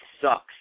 sucks